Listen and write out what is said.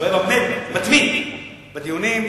שהיה באמת מתמיד בדיונים,